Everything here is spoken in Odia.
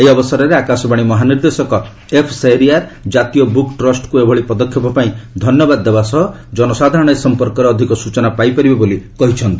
ଏହି ଅବସରରେ ଆକାଶବାଣୀ ମହାନିର୍ଦ୍ଦେଶକ ଏଫ୍ ସେହରିଆର ଜାତୀୟ ବୁକ୍ ଟ୍ରଷ୍ଟକୁ ଏଭଳି ପଦକ୍ଷେପ ପାଇଁ ଧନ୍ୟବାଦ ଦେବା ସହ ଜନସାଧାରଣ ଏ ସଂପର୍କରେ ଅଧିକ ସ୍ବଚନା ପାଇ ପାରିବେ ବୋଲି କହିଚ୍ଚନ୍ତି